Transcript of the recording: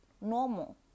normal